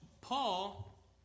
Paul